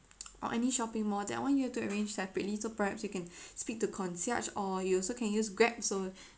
or any shopping mall that one you have to arrange separately so perhaps you can speak to concierge or you also can use Grab so